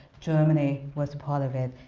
germany was a part of it,